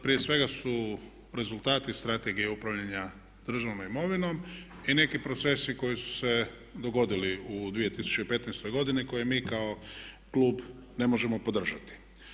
Prije svega su rezultati Strategije upravljanja državnom imovinom i neki procesi koji su se dogodili u 2015. godini koje mi kao klub ne možemo podržati.